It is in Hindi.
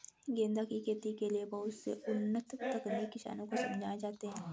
गेंदा की खेती के लिए बहुत से उन्नत तकनीक किसानों को समझाए जाते हैं